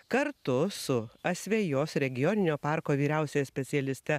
kartu su asvejos regioninio parko vyriausiąja specialiste